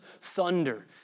thunder